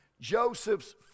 Joseph's